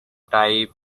type